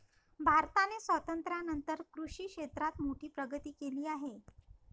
भारताने स्वातंत्र्यानंतर कृषी क्षेत्रात मोठी प्रगती केली आहे